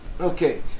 okay